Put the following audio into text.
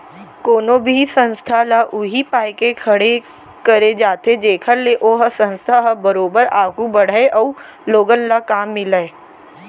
कोनो भी संस्था ल उही पाय के खड़े करे जाथे जेखर ले ओ संस्था ह बरोबर आघू बड़हय अउ लोगन ल काम मिलय